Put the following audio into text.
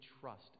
trust